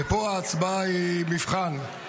ופה ההצבעה היא מבחן,